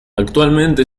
actualmente